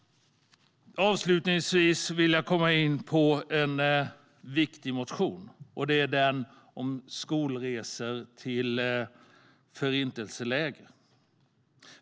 Avslutningsvis vill jag gå in på den viktiga motionen om skolresor till förintelselägren.